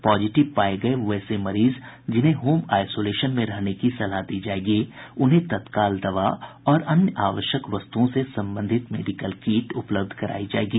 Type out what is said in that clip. positive पाये गये वैसे मरीज जिन्हें होम आईसोलेशन में रहने की सलाह दी जायेगी उन्हें तत्काल दवा और अन्य आवश्यक वस्तुओं से संबंधित मेडिकल किट उपलब्ध करायी जायेगी